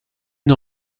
une